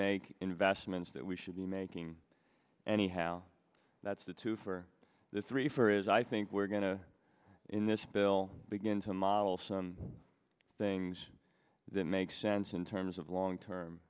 make investments that we should be making anyhow that's the two for the three for is i think we're going to in this bill begin to model some things that make sense in terms of long term